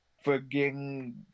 forgetting